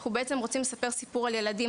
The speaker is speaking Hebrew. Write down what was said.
אנחנו בעצם רוצים לספר סיפור על ילדים.